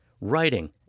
writing